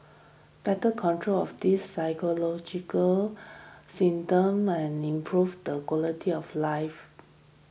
better control of these physiological symptoms and improve the quality of life